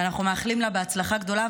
ואנחנו מאחלים לה הצלחה גדולה,